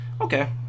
Okay